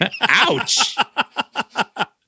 Ouch